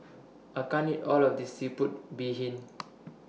I can't eat All of This Seafood Bee Hoon